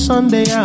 Sunday